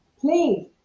Please